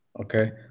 Okay